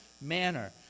manner